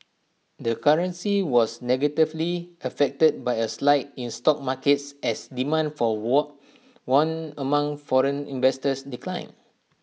the currency was negatively affected by A slide in stock markets as demand for won among foreign investors declined